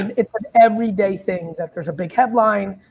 and it's an everyday thing that there's a big headline.